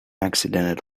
accident